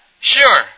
Sure